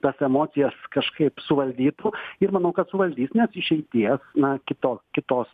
tas emocijas kažkaip suvaldytų ir manau kad suvaldys nes išeities na kito kitos